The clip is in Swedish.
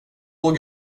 såg